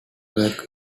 worked